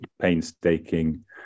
painstaking